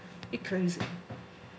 it